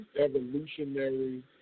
evolutionary